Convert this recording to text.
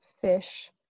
fish